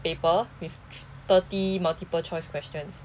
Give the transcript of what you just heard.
paper with thirty multiple choice questions